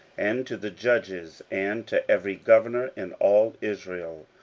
and to the judges, and to every governor in all israel,